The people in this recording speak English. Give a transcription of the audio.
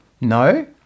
No